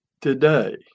today